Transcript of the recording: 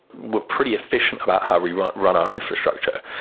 we're pretty efficient about how we run run our infrastructure.